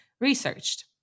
researched